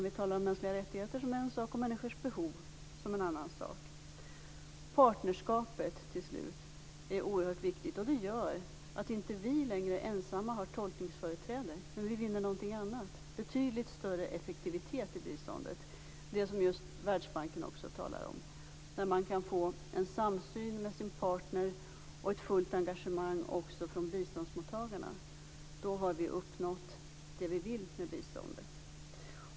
Vi talar om mänskliga rättigheter som en sak och människors behov som en annan sak. Partnerskapet, till slut, är oerhört viktigt, och det gör att inte vi längre ensamma har tolkningsföreträde, men vi vinner någonting annat: betydligt större effektivitet i biståndet, det som Världsbanken talar om. När man kan få en samsyn med sin partner och ett fullt engagemang också från biståndsmottagarna, då har vi uppnått det vi vill med biståndet.